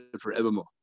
forevermore